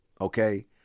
okay